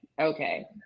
okay